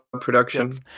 production